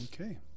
Okay